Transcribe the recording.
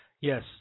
Yes